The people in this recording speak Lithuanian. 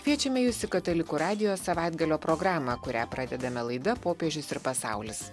kviečiame jus į katalikų radijo savaitgalio programą kurią pradedame laida popiežius ir pasaulis